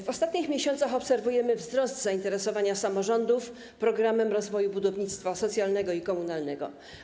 W ostatnich miesiącach obserwujemy wzrost zainteresowania samorządów programem rozwoju budownictwa socjalnego i komunalnego.